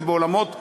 זה בעולמות גבוהים.